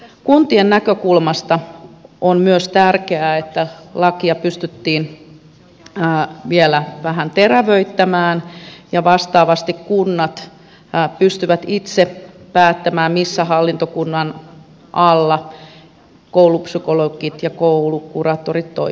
kuntien näkökulmasta on myös tärkeää että lakia pystyttiin vielä vähän terävöittämään ja vastaavasti kunnat pystyvät itse päättämään missä hallintokunnan alla koulupsykologit ja koulukuraattorit toimivat